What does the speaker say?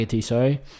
sorry